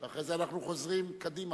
ואחרי זה אנחנו חוזרים קדימה,